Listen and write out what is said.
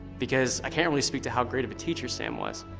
because i can't really speak to how great of a teacher sam was,